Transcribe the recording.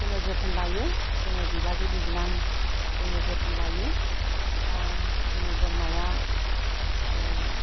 जोङो जोथोन लायो जोङो बिबाजै बिबोनां जोङो जोथोन लायो दा जोङो बोरमाया